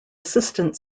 assistant